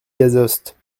gazost